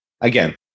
Again